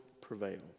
prevail